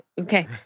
Okay